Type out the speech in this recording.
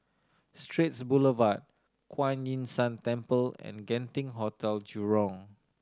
Straits Boulevard Kuan Yin San Temple and Genting Hotel Jurong